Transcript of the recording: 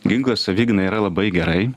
ginklas savigynai yra labai gerai